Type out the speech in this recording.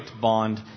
bond